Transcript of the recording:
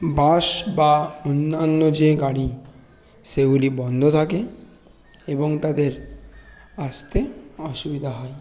বাস বা অন্যান্য যে গাড়ি সেগুলি বন্ধ থাকে এবং তাদের আসতে অসুবিধা হয়